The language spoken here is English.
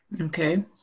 Okay